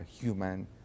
human